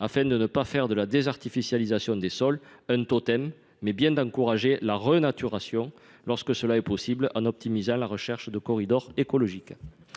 afin de ne pas faire de la désartificialisation des sols un totem, mais bien d’encourager la renaturation, lorsque cela est possible, en optimisant la recherche de corridors écologiques.